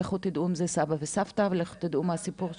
לכו תדעו אם זה סבא וסבתא ולכו תדעו מה הסיפור שם.